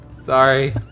Sorry